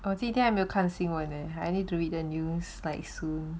我今天还看新闻 one leh I need to read the news like soon